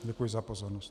Děkuji za pozornost.